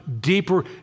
deeper